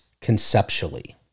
conceptually